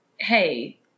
Hey